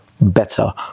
better